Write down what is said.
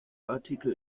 artikel